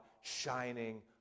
shining